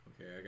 Okay